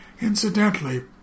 Incidentally